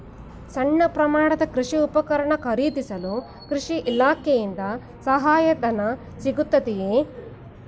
ಸಣ್ಣ ಪ್ರಮಾಣದ ಕೃಷಿ ಉಪಕರಣ ಖರೀದಿಸಲು ಕೃಷಿ ಇಲಾಖೆಯಿಂದ ಸಹಾಯಧನ ಸಿಗುತ್ತದೆಯೇ?